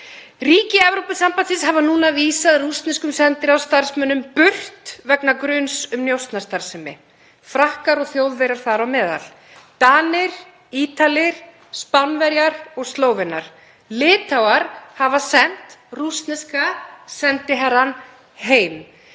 Ríki Evrópusambandsins hafa núna vísað rússneskum sendiráðstarfsmönnum burt vegna gruns um njósnastarfsemi, Frakkar og Þjóðverjar þar á meðal og Danir, Ítalir, Spánverjar og Slóvenar. Litháar hafa sent rússneska sendiherrann heim.